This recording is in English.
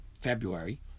February